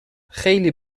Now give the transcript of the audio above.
خیلی